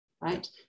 right